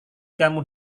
kamu